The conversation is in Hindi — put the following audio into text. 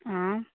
हाँ